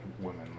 women